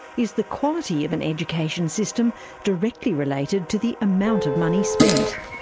is the quality of an education system directly related to the amount of money spent?